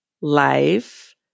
life